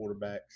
quarterbacks